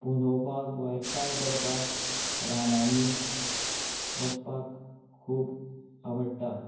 पुनोवपाक वो एकठांय करपाक रानांनी वचपाक खूब आवडटा